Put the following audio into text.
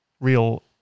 real